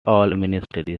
minister